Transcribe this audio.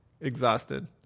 exhausted